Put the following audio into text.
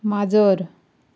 माजर